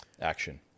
Action